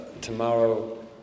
tomorrow